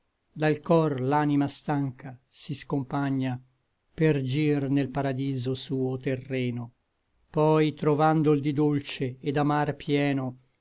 dal cor l'anima stanca si scompagna per gir nel paradiso suo terreno poi trovandol di dolce et d'amar pieno